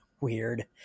Weird